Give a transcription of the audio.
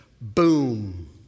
Boom